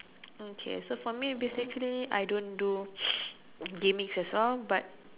okay so for me basically I don't do gaming as well but